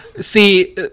See